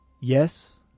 Yes